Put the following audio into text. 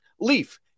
Leaf